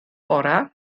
orau